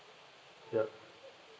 yup